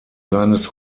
seines